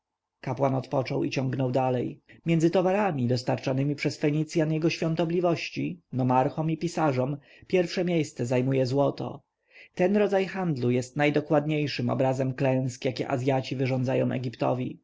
odpoczął i ciągnął dalej między towarami dostarczanemi przez fenicjan jego świątobliwości nomarchom i pisarzom pierwsze miejsce zajmuje złoto ten rodzaj handlu jest najdokładniejszym obrazem klęsk jakie azjaci wyrządzają egiptowi